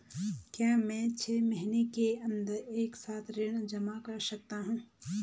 क्या मैं छः महीने के अन्दर एक साथ ऋण जमा कर सकता हूँ?